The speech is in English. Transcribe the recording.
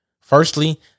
Firstly